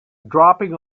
dropping